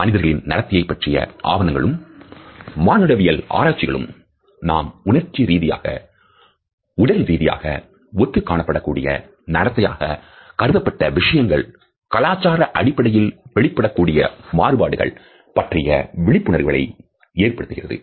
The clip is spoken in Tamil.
மனிதர்களின் நடத்தையை பற்றிய ஆவணங்களும் மானுடவியல் ஆராய்ச்சிகளும் நாம் உணர்ச்சி ரீதியாக உடல்ரீதியாக ஒத்து காணப்படக்கூடிய நடத்தையாக கருதப்பட்ட விஷயங்கள் கலாச்சார அடிப்படையில் வெளிப்படக்கூடிய மாறுபாடுகள் பற்றிய விழிப்புணர்வுகளை ஏற்படுத்துகிறது